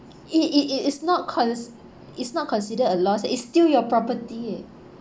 it it it is not cons~ it's not considered a loss it's still your property eh